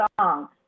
song